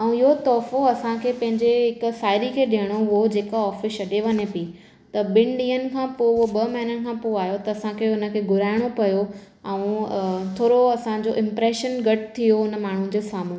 ऐं इहो तुहिफ़ो असांखे पंहिंजे हिकु साहेड़ी खे ॾियणो हुओ जेका ऑफिस छॾे वञे पई त ॿिनि ॾींहनि के पोइ ॿ महीननि खां पोइ आहियो त असांखे हुन खे घुराइणो पियो ऐं थोरो असांजो इम्प्रेशन घटि थी वियो उन माण्हुनि जे साम्हूं